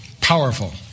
powerful